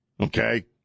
Okay